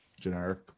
generic